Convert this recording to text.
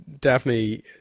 Daphne